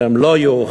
והם לא יאוחדו;